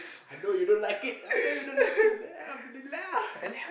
I know you don't like it I know you don't like it alhamdulillah